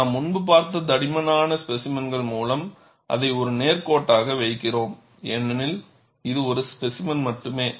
நாம் முன்பு பார்த்த தடிமனான ஸ்பேசிமென்கள் மூலம் அதை ஒரு நேர் கோட்டாக வைக்கிறோம் ஏனெனில் இது ஒரு ஸ்பேசிமென் மட்டுமே